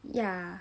ya